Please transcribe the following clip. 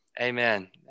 Amen